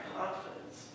confidence